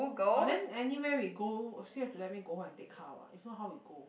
but then anywhere we go still have to let me go home take car what if not how we go